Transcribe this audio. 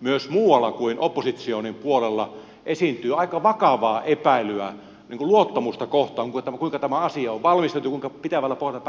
myös muualla kuin oppositsionin puolella esiintyy aika vakavaa epäilyä sitä luottamusta kohtaan kuinka tämä asia on valmisteltu kuinka pitävällä pohjalla päätökset oikein ovat